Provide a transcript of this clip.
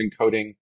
encoding